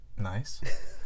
Nice